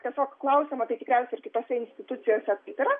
tiesiog klausiama tai tikriausiai kitose institucijose taip yra